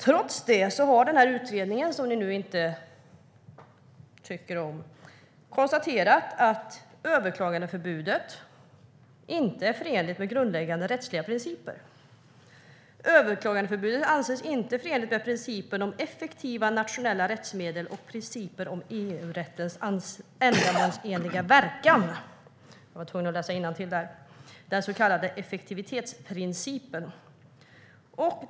Trots det har den utredning som ni inte tycker om konstaterat att överklagandeförbudet inte är förenligt med grundläggande rättsliga principer. Överklagandeförbudet anses inte förenligt med principen om effektiva nationella rättsmedel och principer om EU-rättens ändamålsenliga verkan - jag var tvungen att läsa innantill där. Det gäller den så kallade effektivitetsprincipen.